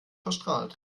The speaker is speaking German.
verstrahlt